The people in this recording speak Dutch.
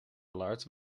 large